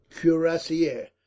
cuirassier